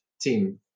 team